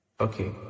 Okay